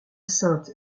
sainte